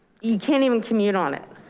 you can't even commute on it.